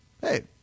hey